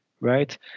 right